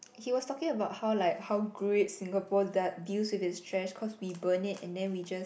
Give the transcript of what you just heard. he was talking about how like how great Singapore da~ deals with its trash because we just burn it and then we just